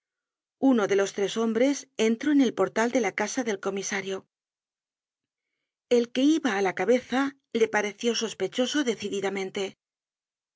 uno de estos tres hombres entró en el portal de la casa del comisario el que iba á la cabeza le pareció sospechoso decididamente